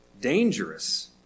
dangerous